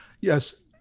Yes